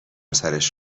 سرش